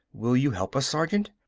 will you help us, sergeant?